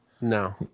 No